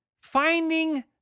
finding